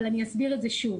אבל אני אסביר את זה שוב.